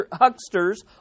hucksters